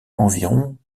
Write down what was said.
environ